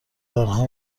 آنها